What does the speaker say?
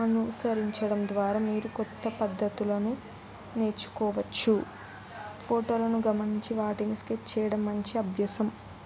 అనుసరించడం ద్వారా మీరు కొత్త పద్ధతులను నేర్చుకోవచ్చు ఫోటోలను గమనించి వాటిని స్కెచ్ చేయడం మంచి అభ్యాసం